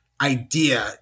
idea